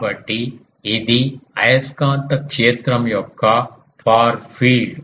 కాబట్టి ఇది అయస్కాంత క్షేత్రం యొక్క ఫార్ ఫీల్డ్